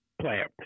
player